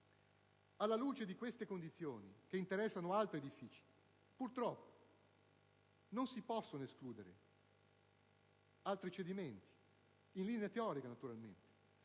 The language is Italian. Alla luce di queste condizioni, che interessano altri edifici, purtroppo non si possono escludere altri cedimenti (naturalmente